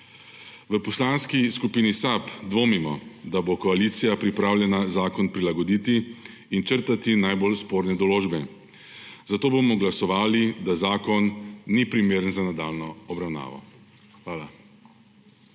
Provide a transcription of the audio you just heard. V Poslanski skupini SAB dvomimo, da bo koalicija pripravljena zakon prilagoditi in črtati najbolj sporne določbe, zato bomo glasovali, da zakon ni primeren za nadaljnjo obravnavo. Hvala.